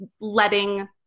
letting